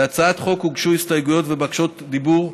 להצעת החוק הוגשו הסתייגויות ובקשות דיבור.